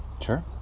Sure